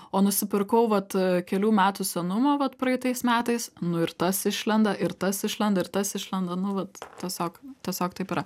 o nusipirkau vat kelių metų senumo vat praeitais metais nu ir tas išlenda ir tas išlenda ir tas išlenda nu vat tiesiog tiesiog taip yra